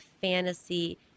fantasy